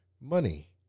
Money